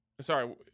Sorry